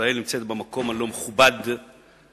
ישראל נמצאת במקום הלא-מכובד והמעליב,